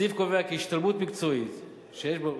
הסעיף קובע כי השתלמות מקצועית שיש בה,